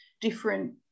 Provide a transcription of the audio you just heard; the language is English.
different